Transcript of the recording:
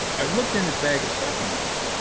i looked in his bag of supplements,